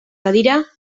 badira